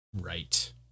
right